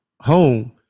home